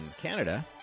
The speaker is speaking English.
Canada